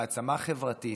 מעצמה חברתית.